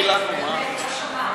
מה שמע?